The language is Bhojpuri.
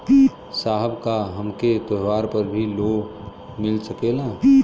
साहब का हमके त्योहार पर भी लों मिल सकेला?